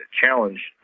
challenge